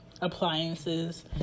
appliances